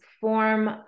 form